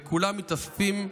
וכולם מתאספים,